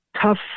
tough